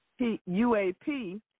UAP